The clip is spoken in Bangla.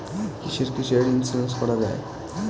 কিসের কিসের ইন্সুরেন্স করা যায়?